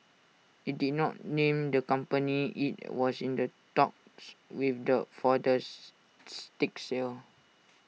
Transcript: IT did not name the company IT was in the talks with the for the stake sale